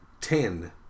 ten